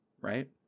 right